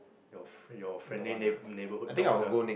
your your friendly neighbour neighborhood doctor